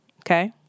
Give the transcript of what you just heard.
Okay